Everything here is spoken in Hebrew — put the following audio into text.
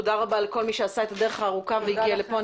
תודה רבה לכל מי שעשה את הדרך הארוכה והגיע לפה.